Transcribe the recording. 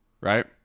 right